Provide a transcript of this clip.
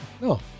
no